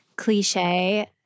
cliche